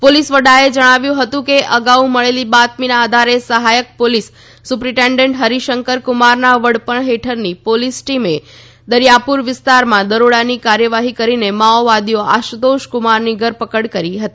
police વડાએ જણાવ્યું હતુ કે અગાઉ મળેલી બાતમીના આધારે સહાયક પોલીસ સુપ્રિરેન્ડન્ટ હરિશંકર કુમારના વડપણ હેઠળની પોલીસ ટિમે દરિયાપુર વિસ્તારમાં દરોડાની કાર્યવાહી કરીને માઓવાદી આશુતોષ કુમારની ધરપકડ કરી હતી